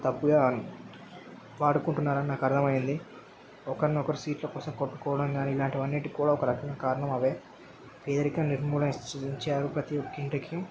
తప్పుగా వాడుకుంటున్నారని నాకు అర్థమైంది ఒకరిని ఒకరు సీట్లు కోసం కొట్టుకోవడం కాని ఇలాంటివన్నీటికి కూడా ఒకరకంగా కారణం అవే పేదరికం నిర్మూలించే ప్రతి ఒక్క ఇంటికి